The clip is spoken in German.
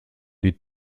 die